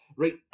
Right